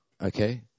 Okay